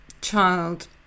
child